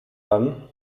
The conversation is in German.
haben